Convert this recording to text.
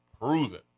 Proven